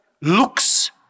looks